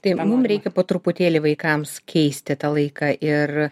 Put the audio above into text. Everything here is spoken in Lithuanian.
tai va mums reikia po truputėlį vaikams keisti tą laiką ir